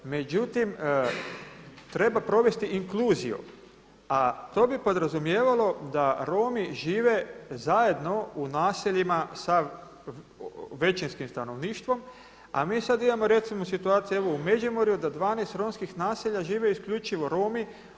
Međutim, treba provesti inkluziju, a to bi podrazumijevalo da Romi žive zajedno u naseljima sa većinskim stanovništvom, a mi sad imamo recimo situaciju u Međimurju da 12 romskih naselja žive isključivo Romi.